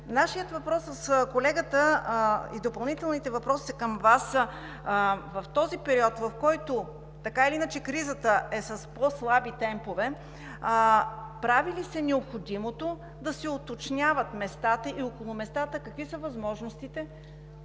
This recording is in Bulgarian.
Нашите допълнителни въпроси към Вас са: В този период, в който така или иначе кризата е с по-слаби темпове, прави ли се необходимото да се уточняват местата и около местата какви са възможностите